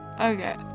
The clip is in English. Okay